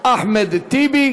אחמד טיבי.